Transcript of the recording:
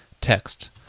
text